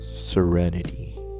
serenity